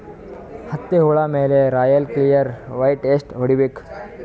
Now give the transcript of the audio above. ಹತ್ತಿ ಹುಳ ಮೇಲೆ ರಾಯಲ್ ಕ್ಲಿಯರ್ ಮೈಟ್ ಎಷ್ಟ ಹೊಡಿಬೇಕು?